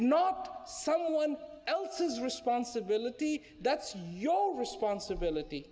not someone else's responsibility that's your responsibility